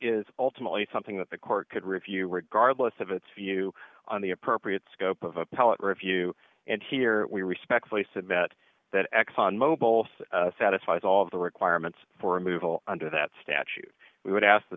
is ultimately something that the court could review regardless of its view on the appropriate scope of appellate review and here we respectfully submit that exxon mobil satisfies all of the requirements for a moveable under that statute we would ask